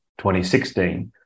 2016